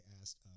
asked